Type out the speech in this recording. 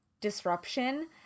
disruption